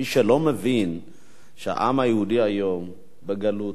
מי שלא מבין שהעם היהודי היום בגלות